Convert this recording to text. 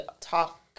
talk